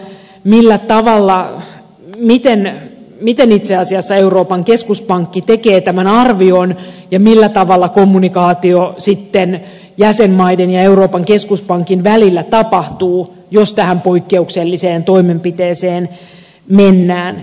meillä taida olla mitään näe miten itse asiassa euroopan keskuspankki tekee tämän arvion ja millä tavalla kommunikaatio sitten jäsenmaiden ja euroopan keskuspankin välillä tapahtuu jos tähän poikkeukselliseen toimenpiteeseen mennään